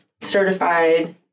certified